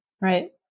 Right